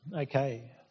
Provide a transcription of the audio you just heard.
Okay